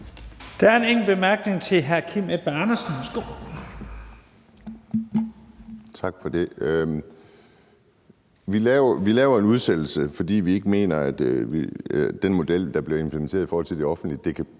Edberg Andersen. Værsgo. Kl. 14:45 Kim Edberg Andersen (NB): Tak for det. Vi laver en udsættelse, fordi vi ikke mener, at den model, der blev implementeret i forhold til det offentlige, kan